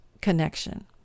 connection